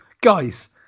guys